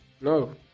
no